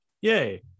yay